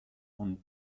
und